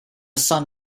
sun